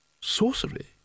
Sorcery